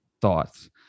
Thoughts